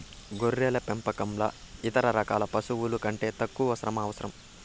గొర్రెల పెంపకంలో ఇతర రకాల పశువుల కంటే తక్కువ శ్రమ అవసరం